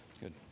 Good